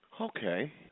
Okay